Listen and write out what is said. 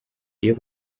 iyo